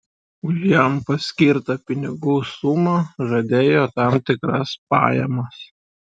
už jam paskirtą pinigų sumą žadėjo tam tikras pajamas